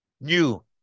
new